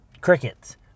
crickets